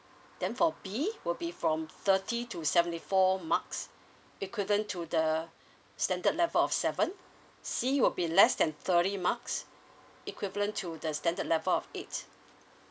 then for B will be from thirty to seventy four marks equivalent to the standard level of seven C will be less than thirty marks equivalent to the standard level of eight